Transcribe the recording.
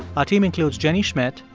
our team includes jenny schmidt,